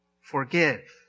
forgive